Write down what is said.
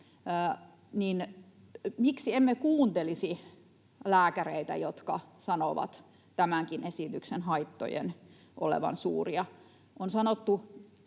miksi emme kuuntelisi lääkäreitä, jotka sanovat tämänkin esityksen haittojen olevan suuria?